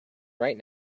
right